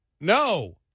no